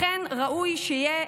לכן ראוי שיהיה,